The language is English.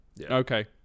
Okay